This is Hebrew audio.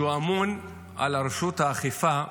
שהוא אמון על רשות האכיפה,